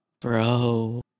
bro